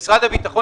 שמשרד הביטחון